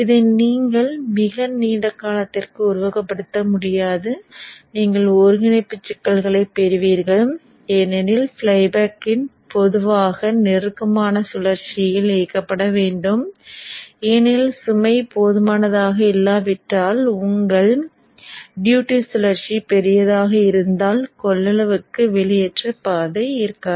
இதை நீங்கள் மிக நீண்ட காலத்திற்கு உருவகப்படுத்த முடியாது நீங்கள் ஒருங்கிணைப்பு சிக்கல்களைப் பெறுவீர்கள் ஏனெனில் ஃப்ளைபேக் பொதுவாக நெருக்கமான சுழற்சியில் இயக்கப்பட வேண்டும் ஏனெனில் சுமை போதுமானதாக இல்லாவிட்டால் உங்கள் டியூட்டிச் சுழற்சி பெரியதாக இருந்தால் கொள்ளளவுக்கு வெளியேற்ற பாதை இருக்காது